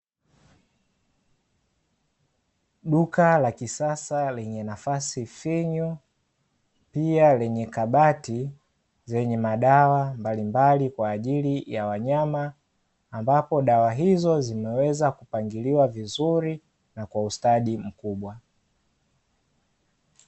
Duka la kisasa lenye nafasi finyu, pia lenye kabati zenye madawa mbalimbali kwa ajili ya wanyama ambapo dawa hizo zimeweza kupangiliwa vizuri na kwa ustadi mkubwa.